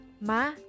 Ma